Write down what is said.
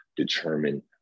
determine